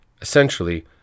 Essentially